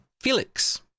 Felix